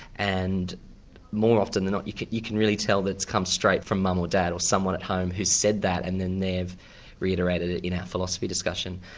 and more often than not, you can you can really tell that it's come straight from mum or dad or someone at home who's said that, and then they've reiterated it in a philosophy discussion.